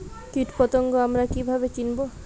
কীটপতঙ্গ আমরা কীভাবে চিনব?